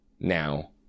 now